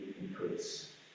increase